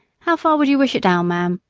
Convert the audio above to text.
how far would you wish it down, ma'am?